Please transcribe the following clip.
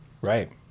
right